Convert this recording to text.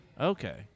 Okay